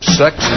sex